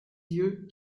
yeux